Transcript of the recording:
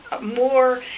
more